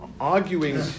arguing